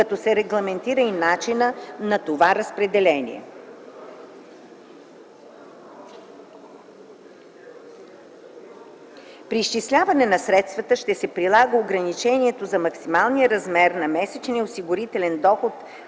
като се регламентира и начина на това разпределение. При изчисляване на средствата ще се прилага ограничението за максималния размер на месечния осигурителен доход